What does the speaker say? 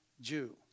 Jew